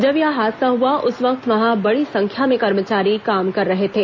जब यह हादसा हुआ उस वक्त वहां बड़ी संख्या में कर्मचारी काम कर रहे थे